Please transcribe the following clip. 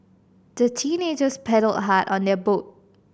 the teenagers paddled hard on their boat